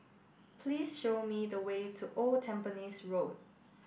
please show me the way to Old Tampines Road